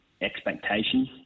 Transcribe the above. expectations